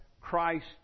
Christ